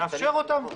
נאפשר אותן.